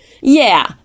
Yeah